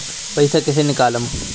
पैसा कैसे निकालम?